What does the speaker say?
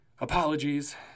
Apologies